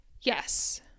yes